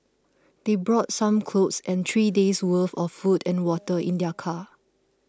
they brought some clothes and three days' worth of food and water in their car